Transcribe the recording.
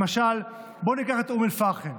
למשל, בוא ניקח את אום אל-פחם.